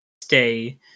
stay